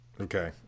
Okay